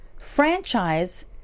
franchise